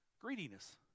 greediness